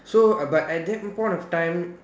so uh but at that point of time